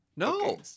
No